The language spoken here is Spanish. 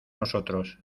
nosotros